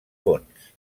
fons